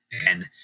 again